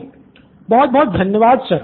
student 1 बहुत बहुत धन्यवाद सर